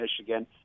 Michigan